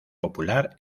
popular